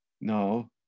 no